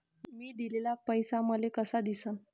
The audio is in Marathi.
मी दिलेला पैसा मले कसा दिसन?